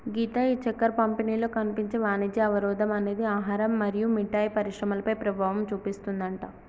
గీత ఈ చక్కెర పంపిణీలో కనిపించే వాణిజ్య అవరోధం అనేది ఆహారం మరియు మిఠాయి పరిశ్రమలపై ప్రభావం చూపిస్తుందట